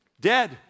dead